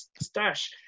stash